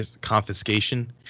confiscation